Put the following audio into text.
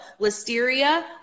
Listeria